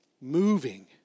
moving